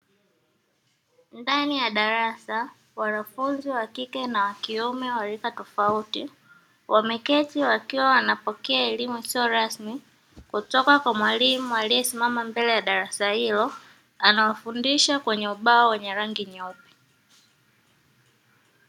Ndani ya darasa, wanafunzi wa kike na wa kiume wa rika tofauti wameketi wakiwa wanapokea elimu isio rasmi kutoka kwa mwalimu aliyesimama mbele ya darasa hilo, anawafundisha kwenye ubao wenye rangi nyeupe.